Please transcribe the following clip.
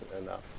enough